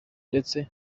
ndetse